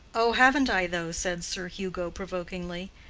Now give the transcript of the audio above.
oh, haven't i, though? said sir hugo, provokingly.